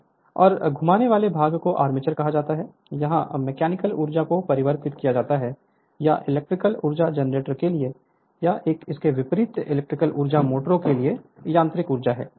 Refer Slide Time 1407 और घूमने वाले भाग को आर्मेचर कहा जाता है जहाँ मैकेनिकल ऊर्जा को परिवर्तित किया जाता है या इलेक्ट्रिकल ऊर्जा जनरेटर के लिए या इसके विपरीत इलेक्ट्रिकल ऊर्जा मोटरों के लिए यांत्रिक ऊर्जा है